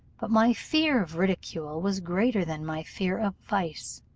but my fear of ridicule was greater than my fear of vice.